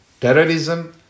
Terrorism